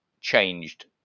changed